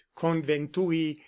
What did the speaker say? conventui